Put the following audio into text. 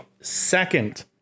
second